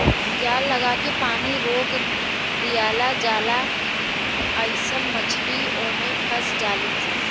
जाल लागा के पानी रोक दियाला जाला आइसे मछली ओमे फस जाली सन